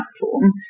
platform